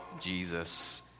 Jesus